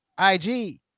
IG